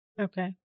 Okay